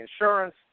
insurance